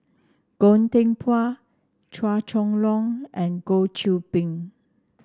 Goh Teck Phuan Chua Chong Long and Goh Qiu Bin